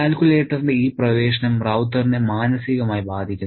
കാൽക്കുലേറ്ററിന്റെ ഈ പ്രവേശനം റൌത്തറിനെ മാനസികമായി ബാധിക്കുന്നു